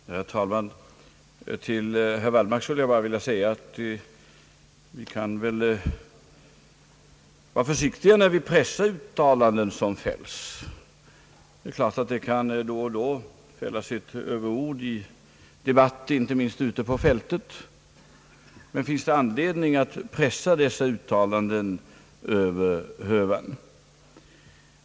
Herr talman! Till herr Wallmark vill jag bara säga att vi bör vara försiktiga, när vi pressar uttalanden som fälls. Det är klart att det då och då kan fällas överord i debatten, inte minst ute på fältet. Men finns det anledning att pressa dessa uttalanden över hövan?